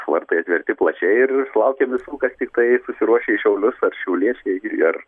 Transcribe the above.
vartai atverti plačiai ir laukia visų kas tiktai susiruošę į šiaulius ar šiauliečiai ir ar